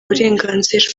burenganzira